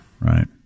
right